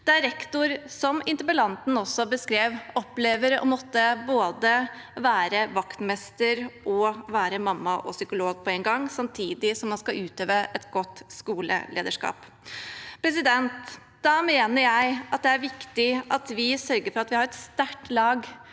rektor, som interpellanten også beskrev, opplever å måtte være både vaktmester, mamma og psykolog på en gang, samtidig som man skal utøve et godt skolelederskap. Da mener jeg at det er viktig at vi sørger for at vi har et sterkt lag